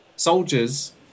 Soldiers